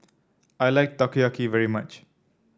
I like Takoyaki very much